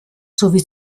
sowie